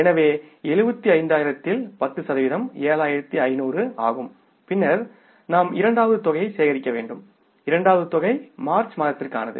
எனவே 75000 இல் 10 சதவீதம் 7500 ஆகும் பின்னர் நாம் இரண்டாவது தொகையை சேகரிக்க வேண்டும் இரண்டாவது தொகை மார்ச் மாதத்திற்கானது